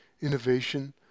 innovation